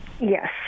Yes